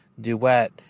Duet